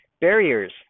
Barriers